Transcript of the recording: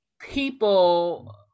people